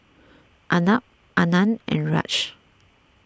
Arnab Anand and Raj